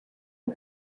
you